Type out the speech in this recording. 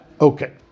okay